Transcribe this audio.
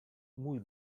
mój